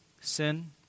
sin